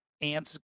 ants